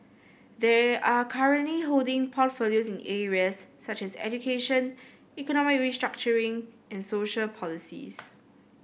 they are currently holding portfolios in areas such as education economic restructuring and social policies